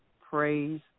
Praise